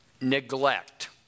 neglect